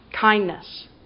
kindness